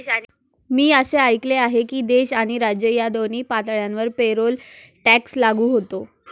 मी असे ऐकले आहे की देश आणि राज्य या दोन्ही पातळ्यांवर पेरोल टॅक्स लागू होतो